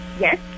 Yes